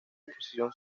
oposición